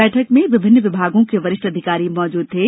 बैठक में विभिन्न विभगों के वरिष्ठ अधिकारी उपस्थित थे